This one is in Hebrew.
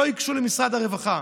הן לא ייגשו למשרד הרווחה,